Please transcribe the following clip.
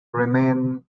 remain